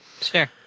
Sure